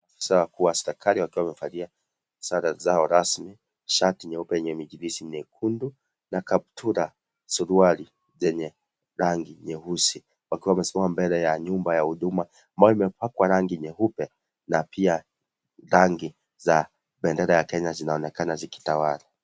Maofisa wa askari wakiwa wamevalia sare zao rasmi, shati nyeupe yenye michirizi myekundu, na kaptura, suruali zenye rangi nyeusi, wakiwa wamesimama mbele ya nyumba ya huduma ambayo imepakwa rangi nyeupe na pia rangi za bendera ya Kenya zinaonekana zikitawala